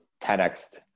10x